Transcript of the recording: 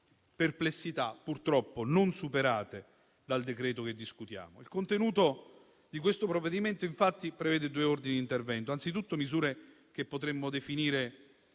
perplessità purtroppo non superate dal decreto che discutiamo. Il contenuto di questo provvedimento, infatti, prevede due ordini di intervento: anzitutto misure che potremmo definire